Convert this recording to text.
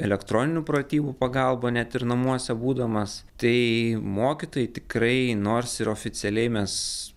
elektroninių pratybų pagalba net ir namuose būdamas tai mokytojai tikrai nors ir oficialiai mes